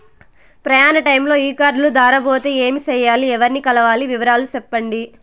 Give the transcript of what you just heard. ప్రయాణ టైములో ఈ కార్డులు దారబోతే ఏమి సెయ్యాలి? ఎవర్ని కలవాలి? వివరాలు సెప్పండి?